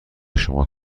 شما